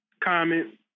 comment